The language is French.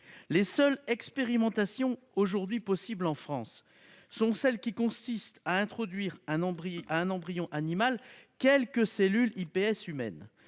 les seules expérimentations aujourd'hui possibles en France sont celles qui consistent à introduire dans un embryon animal quelques cellules iPS humaines.